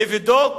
לבדוק